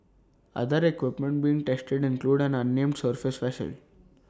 other equipment being tested include an unnamed surface vessel